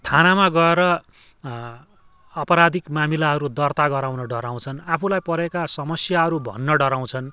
थानामा गएर अपराधिक मामिलाहरू दर्ता गराउन डराउँछन् आफूलाई परेका समस्याहरू भन्न डराउँछन्